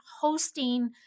hosting